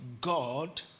God